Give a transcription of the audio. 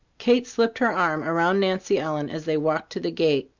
kate slipped her arm around nancy ellen as they walked to the gate.